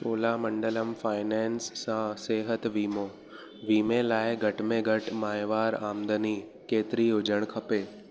Cholamandalam finance सां सिहत वीमो वीमे लाइ घटि में घटि माहिवार आमदनी केतिरी हुजण खपे